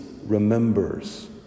remembers